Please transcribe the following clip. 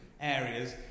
areas